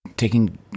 Taking